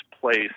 place